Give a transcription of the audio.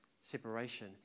separation